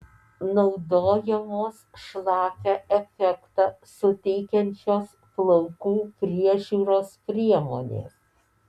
naudojamos šlapią efektą suteikiančios plaukų priežiūros priemonės